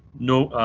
no,